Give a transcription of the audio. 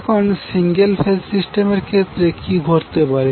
এখন single phase সিস্টেমের ক্ষেত্রে কি ঘটতে পারে